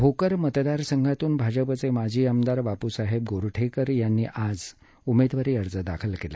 भोकर मतदार संघातून भाजपचे माजी आमदार बापूसाहेब गोरठेकर यांनी आज ऊमेदवारी अर्ज दाखल केला